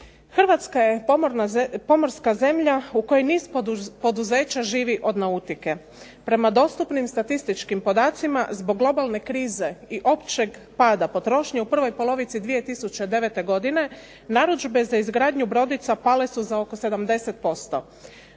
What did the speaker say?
Hrvatska je pomorska zemlja u kojoj niz poduzeća živi od nautike. Prema dostupnim statističkim podacima zbog globalne krize i općeg pada potrošnje u prvoj polovici 2009. godine narudžbe za izgradnju brodica pale su za oko 70%.